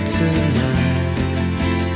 tonight